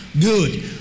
Good